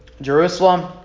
Jerusalem